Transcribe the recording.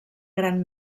gran